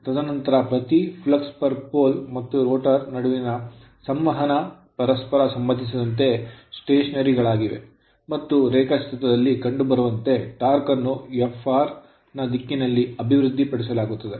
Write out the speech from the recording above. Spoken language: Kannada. ತದನಂತರ ಪ್ರತಿ flux per pole ಕಂಬಕ್ಕೆ ಫೀಲ್ಡ್ ಫ್ಲಕ್ಸ್ ಮತ್ತು ರೋಟರ್ ನಡುವಿನ ಸಂವಹನವು ಪರಸ್ಪರ ಸಂಬಂಧಿಸಿದಂತೆ ಸ್ಟೇಷನರಿಗಳಾಗಿವೆ ಮತ್ತು ರೇಖಾಚಿತ್ರದಲ್ಲಿ ಕಂಡುಬರುವಂತೆ ಟಾರ್ಕ್ ಅನ್ನು fr ನ ದಿಕ್ಕಿನಲ್ಲಿ ಅಭಿವೃದ್ಧಿಪಡಿಸಲಾಗುತ್ತದೆ